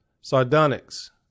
sardonyx